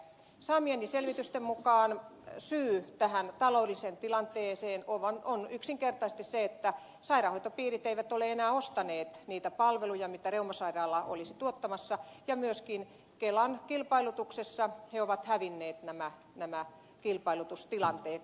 saamieni selvitysten mukaan syy tähän taloudelliseen tilanteeseen on yksinkertaisesti se että sairaanhoitopiirit eivät ole enää ostaneet niitä palveluja mitä reumasairaala olisi tuottamassa ja myöskin kelan kilpailutuksessa he ovat hävinneet nämä kilpailutustilanteet